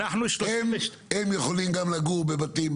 הם יכולים גם לגור בבתים,